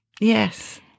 Yes